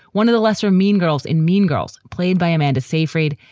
one of the lesser mean girls in mean girls played by amanda seyfried.